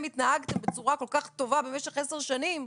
התנהגתם בצורה כל כך טובה במשך עשר שנים,